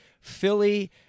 Philly